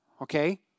okay